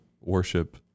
worship